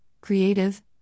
creative